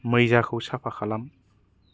मैजाखौ साफा खालाम